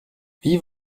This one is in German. wie